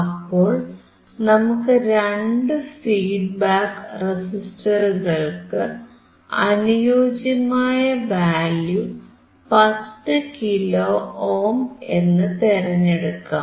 അപ്പോൾ നമുക്ക് രണ്ടു ഫീഡ്ബാക്ക് റെസിസ്റ്ററുകൾക്ക് അനുയോജ്യമായ വാല്യൂ 10 കിലോ ഓം എന്നു തെരഞ്ഞെടുക്കാം